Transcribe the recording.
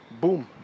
boom